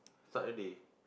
Saturday